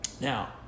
Now